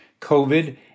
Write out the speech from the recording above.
COVID